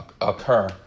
occur